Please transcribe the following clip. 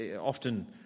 Often